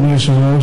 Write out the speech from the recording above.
אדוני היושב-ראש,